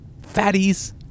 fatties